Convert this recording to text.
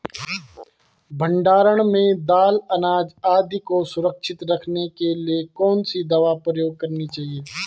भण्डारण में दाल अनाज आदि को सुरक्षित रखने के लिए कौन सी दवा प्रयोग करनी चाहिए?